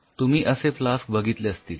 तुम्ही असे फ्लास्क बघितले असतील